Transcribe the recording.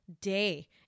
day